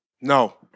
No